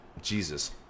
Jesus